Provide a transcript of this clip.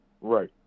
right